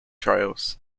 trails